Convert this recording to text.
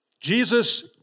Jesus